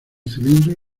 cilindros